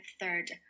third